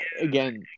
again